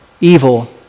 evil